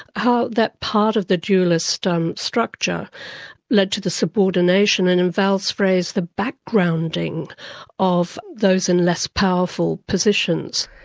how that part of the dualist um structure led to the subordination and in val's phrase, the backgrounding of those in less powerful positions.